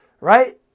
Right